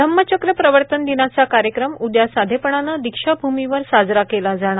धम्मचक्र प्रवर्तन दिनाचा कार्यक्रम उद्या साधेपणान दीक्षाभूमीवर साजरा केला जाणार